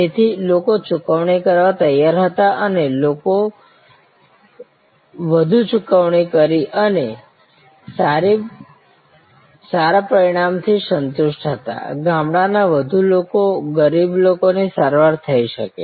તેથી લોકો ચૂકવણી કરવા તૈયાર હતા અને વધુ લોકોએ ચૂકવણી કરી અને સારા પરિણામથી સંતુષ્ટ હતા ગામડાના વધુ લોકો ગરીબ લોકોની સારવાર થઈ શકે